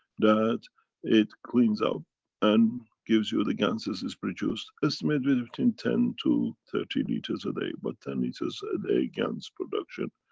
that it cleans up and gives you the ganses it's produced. estimated between ten to thirty liters a day, but ten liters a day gans production,